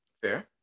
Fair